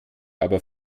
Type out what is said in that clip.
aber